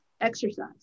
exercise